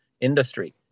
industry